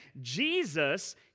Jesus